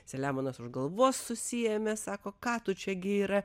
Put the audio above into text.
selemonas už galvos susiėmė sako ką tu čia gi yra